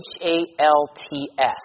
H-A-L-T-S